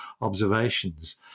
observations